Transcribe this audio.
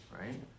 right